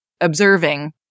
observing